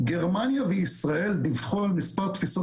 גרמניה וישראל דיווחו על מספר תפיסות